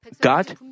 God